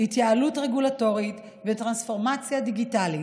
התייעלות רגולטורית וטרנספורמציה דיגיטלית,